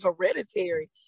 hereditary